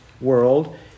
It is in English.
world